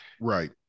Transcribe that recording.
Right